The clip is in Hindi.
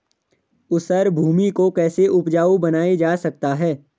ऊसर भूमि को कैसे उपजाऊ बनाया जा सकता है?